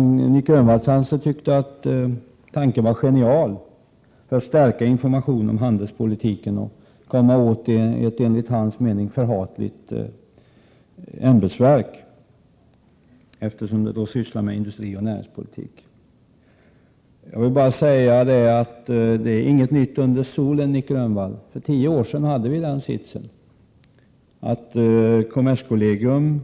Nic Grönvall kanske tyckte att tanken var genial, att stärka informationen om handelspolitiken och samtidigt komma åt ett enligt hans mening förmodligen förhatligt ämbetsverk, eftersom det ju sysslar med industrioch näringspolitik. Jag vill bara säga: inget nytt under solen. För tio år sedan hade vi den sitsen att kommerskollegium